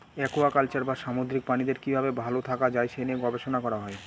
aquaculture বা সামুদ্রিক প্রাণীদের কি ভাবে ভালো থাকা যায় সে নিয়ে গবেষণা করা হয়